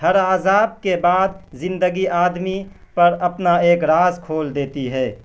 ہر عذاب کے بعد زندگی آدمی پر اپنا ایک راز کھول دیتی ہے